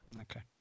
Okay